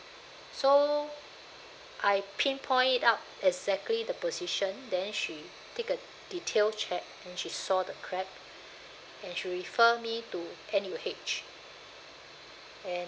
so I pinpoint it out exactly the position then she take a detail check and she saw the crack and she refer me to N_U_H and